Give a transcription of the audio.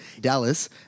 Dallas